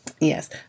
Yes